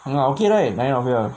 ya okay lah